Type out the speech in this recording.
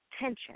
tension